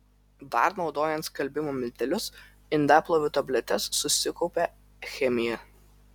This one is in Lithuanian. dar naudojant skalbimo miltelius indaplovių tabletes susikaupia chemija